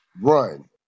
run